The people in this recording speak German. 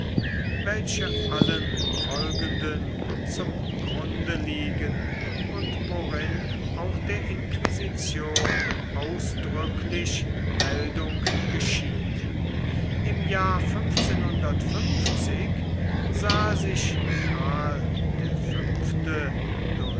welche allen folgenden zum grunde liegen und worin auch der inquisition ausdrücklich meldung geschieht im jahr sah sich karl der fünfte